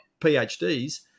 PhDs